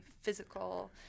physical